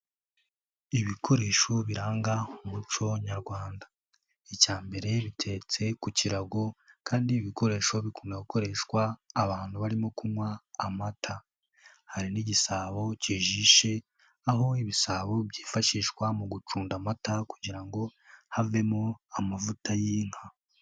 Ibikoresho biranga umuco Nyarwanda icya mbere bitetse ku kirago, kandi ibikoresho bikunze gukoreshwa abantu barimo kunywa amata, hari n'igisabo kijishe aho ibisabo byifashishwa mu gucunda amata kugira ngo havemo amavuta y'inka.